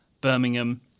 Birmingham